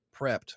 prepped